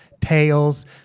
tails